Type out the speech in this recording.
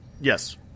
Yes